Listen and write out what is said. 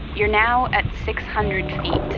you're now at six hundred